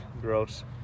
Gross